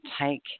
take